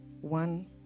one